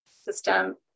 system